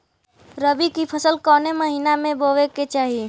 रबी की फसल कौने महिना में बोवे के चाही?